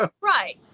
Right